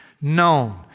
known